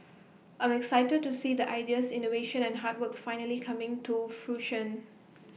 I'm excited to see the ideas innovations and hard works finally coming to fruition